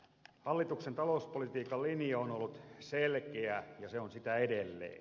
hallituksen talouspolitiikan linja on ollut selkeä ja se on sitä edelleen